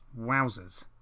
Wowzers